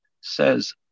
says